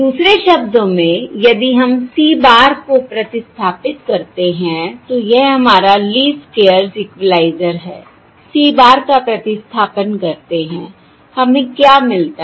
दूसरे शब्दों में यदि हम c bar को प्रतिस्थापित करते हैं तो यह हमारा लीस्ट स्क्वेयर्स इक्वलाइज़र है c bar का प्रतिस्थापन करते हैं हमें क्या मिलता है